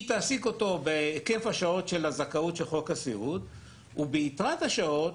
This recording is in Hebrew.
היא תעסיק אותו בהיקף השעות של הזכאות של חוק הסיעוד וביתרת השעות